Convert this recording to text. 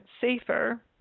safer